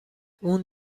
اون